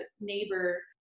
neighbor